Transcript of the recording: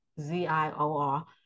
Z-I-O-R